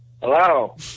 Hello